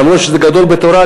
אף-על-פי שזה גדול בתורה,